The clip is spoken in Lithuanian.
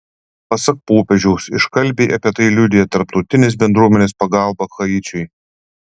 pasak popiežiaus iškalbiai apie tai liudija tarptautinės bendruomenės pagalba haičiui